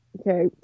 Okay